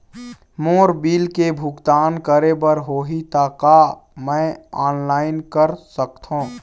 मोर bill के भुगतान करे बर होही ता का मैं ऑनलाइन कर सकथों?